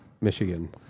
Michigan